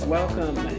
welcome